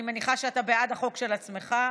ואני מניחה שאתה בעד החוק של עצמך,